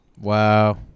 Wow